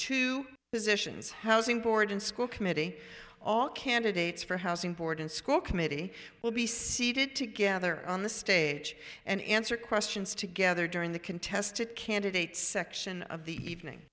positions housing board and school committee all candidates for housing board and school committee will be seated together on the stage and answer questions together during the contested candidate section of the evening